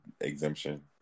exemption